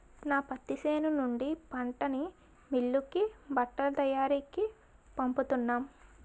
నా పత్తి చేను నుండి పంటని మిల్లుకి బట్టల తయారికీ పంపుతున్నాం